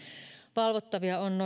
valvottavia on